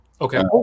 Okay